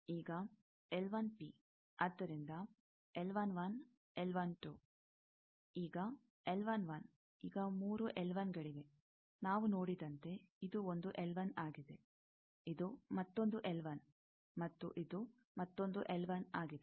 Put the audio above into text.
ಈಗ ಆದ್ದರಿಂದ ಈಗ ಈಗ ಮೂರು ಗಳಿವೆ ನಾವು ನೋಡಿದಂತೆ ಇದು ಒಂದು ಆಗಿದೆ ಇದು ಮತ್ತೊಂದು ಮತ್ತು ಇದು ಮತ್ತೊಂದು ಆಗಿದೆ